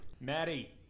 Maddie